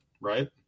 right